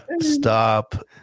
stop